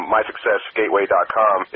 MySuccessGateway.com